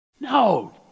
No